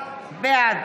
בעד